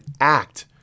act